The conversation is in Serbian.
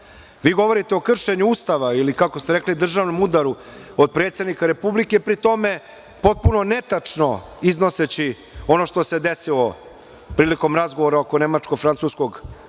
govorite o kršenju Ustava ili kako ste rekli državnom udaru od predsednika Republike, pri tome potpuno netačno iznoseći ono što se desilo prilikom razgovora oko nemačko-francuskog